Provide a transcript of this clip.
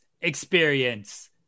experience